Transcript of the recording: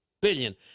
billion